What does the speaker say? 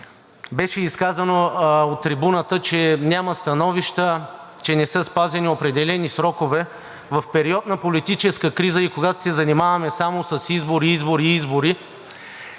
беше казано от трибуната, че няма становища, че не са спазени определени срокове, в период на политическа криза и когато се занимаваме само с избори, избори, избори,